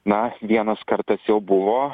na vienas kartas jau buvo